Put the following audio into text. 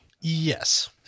yes